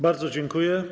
Bardzo dziękuję.